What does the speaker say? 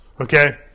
Okay